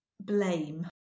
blame